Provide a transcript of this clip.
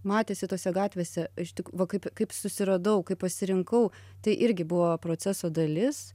matėsi tose gatvėse tik va kaip kaip susiradau kaip pasirinkau tai irgi buvo proceso dalis